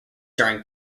during